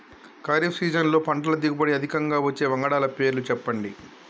ఖరీఫ్ సీజన్లో పంటల దిగుబడి అధికంగా వచ్చే వంగడాల పేర్లు చెప్పండి?